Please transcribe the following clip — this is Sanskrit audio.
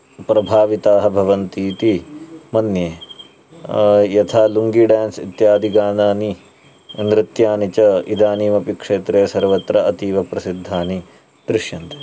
प्रभाविताः भवन्ति इति मन्ये यथा लुङ्गी डान्स् इत्यादीनि गीतानि नृत्यानि च इदानीमपि क्षेत्रे सर्वत्र अतीव प्रसिद्धानि दृश्यन्ते